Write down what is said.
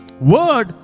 word